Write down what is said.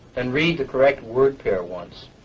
and read the correct word pair once.